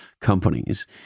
companies